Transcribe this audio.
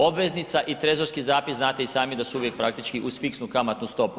Obveznica i trezorski zapis znate i sami da su uvijek praktički uz fiksnu kamatnu stopu.